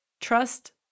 Trust